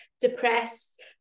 depressed